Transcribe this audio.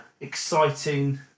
exciting